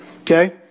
Okay